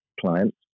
clients